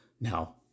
Now